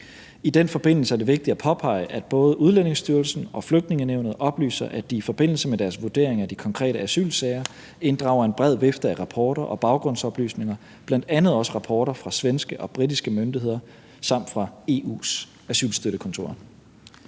I den forbindelse er det vigtigt at påpege, at både Udlændingestyrelsen og Flygtningenævnet oplyser, at de i forbindelse med deres vurdering af de konkrete asylsager inddrager en bred vifte af rapporter og baggrundsoplysninger, bl.a. også rapporter fra svenske og britiske myndigheder samt fra EU's asylstøttekontor.